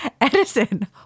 edison